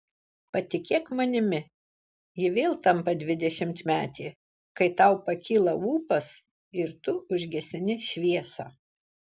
patikėk manimi ji vėl tampa dvidešimtmetė kai tau pakyla ūpas ir tu užgesini šviesą